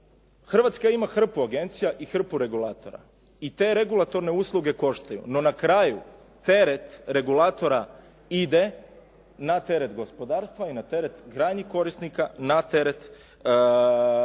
Hrvatska ima hrpu agencija i hrpu regulatora. I te regulatorne usluge koštaju. No na kraju teret regulatora ide na teret gospodarstva i na teret krajnjih korisnika, na teret kućanstava